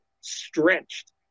stretched